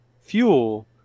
fuel